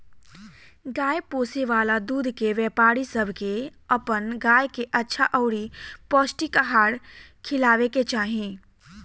गाय पोसे वाला दूध के व्यापारी सब के अपन गाय के अच्छा अउरी पौष्टिक आहार खिलावे के चाही